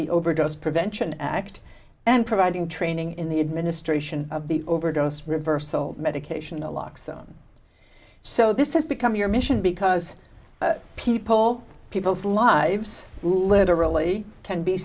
the overdose prevention act and providing training in the administration of the overdose reversal medication the locks on so this has become your mission because people people's lives literally ten be